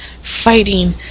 fighting